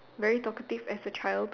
very talkative as a child